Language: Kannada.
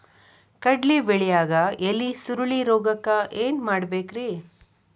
ಕಡ್ಲಿ ಬೆಳಿಯಾಗ ಎಲಿ ಸುರುಳಿರೋಗಕ್ಕ ಏನ್ ಮಾಡಬೇಕ್ರಿ?